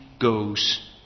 goes